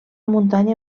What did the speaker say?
muntanya